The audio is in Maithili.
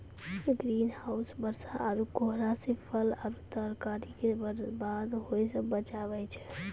ग्रीन हाउस बरसा आरु कोहरा से फल आरु तरकारी के बरबाद होय से बचाबै छै